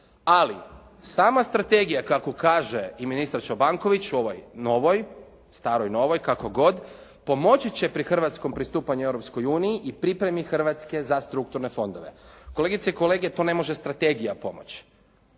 Ali sama strategija kako kaže i ministar Čobanković u ovoj novoj, staroj-novoj kako god, pomoći će pri hrvatskom pristupanju Europskoj uniji i pripremi Hrvatske za strukturne fondove. Kolegice i kolege to ne može strategija pomoći.